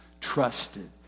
trusted